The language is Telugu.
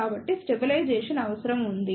కాబట్టి స్టెబిలైజెషన్ అవసరం ఉంది